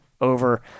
over